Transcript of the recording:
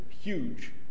huge